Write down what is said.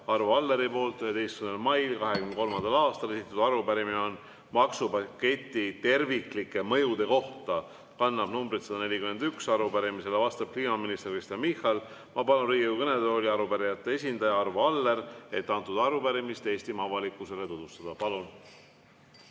Arvo Aller 11. mail 2023. aastal. Esitatud arupärimine on maksupaketi terviklike mõjude kohta ja kannab numbrit 141. Arupärimisele vastab kliimaminister Kristen Michal. Ma palun Riigikogu kõnetooli arupärijate esindaja Arvo Alleri, et ta arupärimist Eestimaa avalikkusele tutvustaks. Palun!